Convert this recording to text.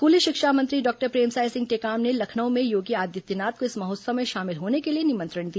स्कूली शिक्षा मंत्री डॉक्टर प्रेमसाय सिंह टेकाम ने लखनऊ में योगी आदित्यनाथ को इस महोत्सव में शामिल होने के लिए निमंत्रण दिया